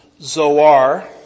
Zoar